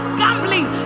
gambling